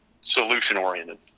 solution-oriented